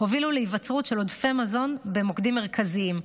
הובילו להיווצרות של עודפי מזון במוקדים מרכזיים.